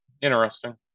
interesting